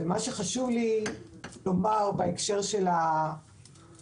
ומה שחשוב לי לומר בהקשר של המכרז,